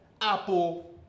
apple